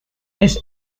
his